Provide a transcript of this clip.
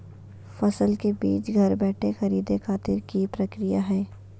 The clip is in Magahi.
फसल के बीज घर बैठे खरीदे खातिर की प्रक्रिया हय?